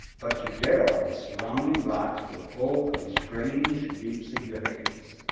but to darrell the surrounding rocks were full of a strange, deep significance.